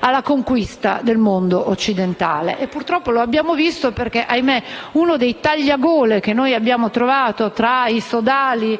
alla conquista del mondo occidentale. Purtroppo l'abbiamo visto, perché, ahimè, uno dei tagliagole che abbiamo trovato tra i sodali